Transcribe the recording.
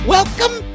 Welcome